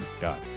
god